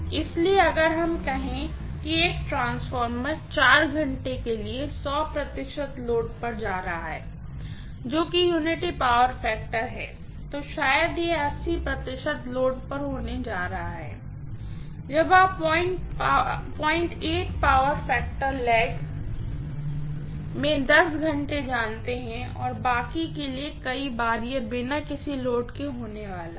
इसलिए अगर हम कहें कि एक ट्रांसफार्मर घंटे के लिए लोड पर जा रहा है जो कि यूनिटी पावर फैक्टर है तो शायद यह लोड पर होने जा रहा है जब आप पावर फैक्टर लैग में घंटे जानते हैं और बाकी के लिए कई बार यह बिना किसी लोड के होने वाला है